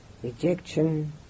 rejection